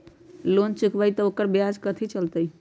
Loan चुकबई त ओकर ब्याज कथि चलतई?